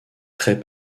très